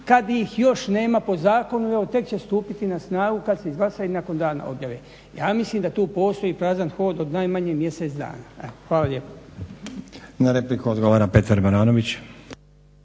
kad ih još nema po zakonu, evo tek će stupiti na snagu kad se izglasa i nakon dana objave. Ja mislim da tu postoji prazan hod od najmanje mjesec dana. Hvala lijepo. **Stazić, Nenad (SDP)** Na repliku odgovara Petar Baranović.